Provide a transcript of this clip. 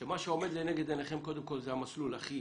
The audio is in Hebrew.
שמה שעומד לנגד עיניכם קודם כל זה המסלול הכי